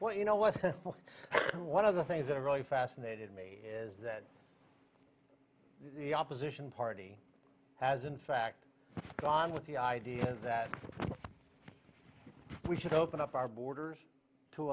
what you know what one of the things that really fascinated me is that the opposition party has in fact gone with the idea that we should open up our borders to